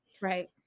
Right